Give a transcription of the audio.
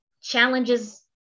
challenges